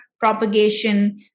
propagation